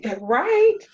right